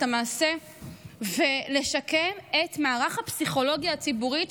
המעשה ולשקם את מערך הפסיכולוגיה הציבורית,